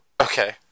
Okay